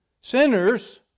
sinners